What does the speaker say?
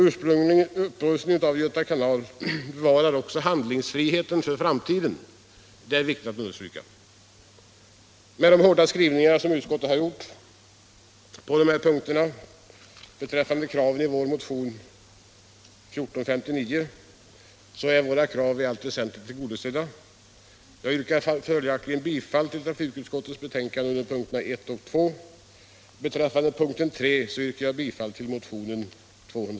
Upprustningen av Göta kanal bevarar också handlingsfriheten för framtiden; vilket är utomordentligt viktigt i detta sammanhang.